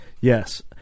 Yes